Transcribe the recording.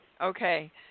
Okay